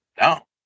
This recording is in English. No